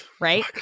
Right